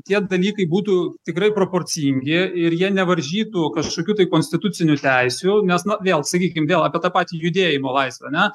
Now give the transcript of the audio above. tie dalykai būtų tikrai proporcingi ir jie nevaržytų kažkokių tai konstitucinių teisių nes na vėl sakykim vėl apie tą patį judėjimo laisvę ane